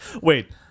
Wait